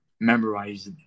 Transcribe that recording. memorize